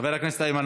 חבר הכנסת איימן